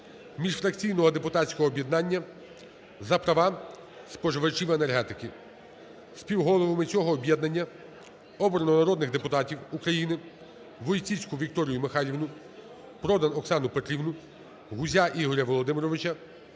міжфракційного депутатського об'єднання "За права споживачів енергетики". Співголовами цього об'єднання обрано народних депутатів України:Войціцьку Вікторію Михайлівну, Продан Оксану Петрівну, Гузя Ігоря Володимировича,